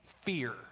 fear